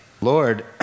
Lord